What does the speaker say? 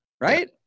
right